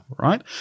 Right